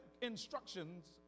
instructions